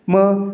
मग